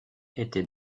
était